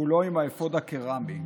כולו עם האפוד הקרמי,